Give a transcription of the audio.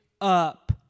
up